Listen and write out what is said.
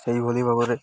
ସେହିଭଳି ଭାବରେ